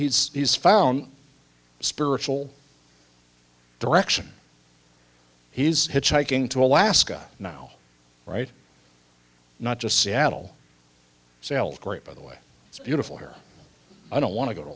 now he is found spiritual direction he's hitchhiking to alaska now right not just seattle sailed great by the way it's beautiful here i don't want to go to